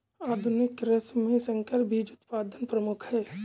आधुनिक कृषि में संकर बीज उत्पादन प्रमुख है